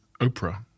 Oprah